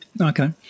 okay